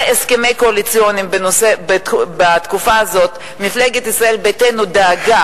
בהסכמים הקואליציוניים בתקופה הזאת מפלגת ישראל ביתנו דאגה